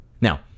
Now